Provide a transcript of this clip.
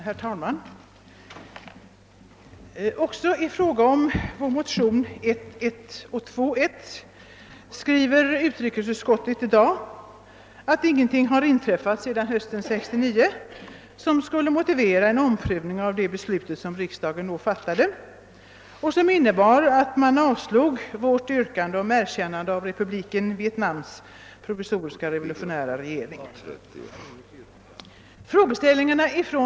Herr talman! Även med anledning av vårt motionspar I:1 och II:1 skriver utrikesutskottet i år att inget har inträffat sedan hösten 1969, som skulle motivera en omprövning av det beslut vilket riksdagen då fattade och vilket innebär att vårt yrkande om erkännande av Republiken Sydvietnams provisoriska revolutionära regering avslogs.